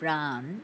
PRAN